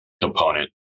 component